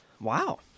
Wow